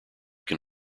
can